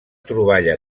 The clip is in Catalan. troballa